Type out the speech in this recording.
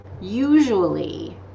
usually